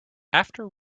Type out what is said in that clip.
after